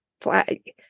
flag